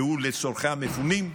שהוא לצורכי המפונים,